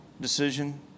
decision